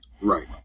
Right